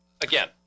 again